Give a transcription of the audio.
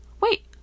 Wait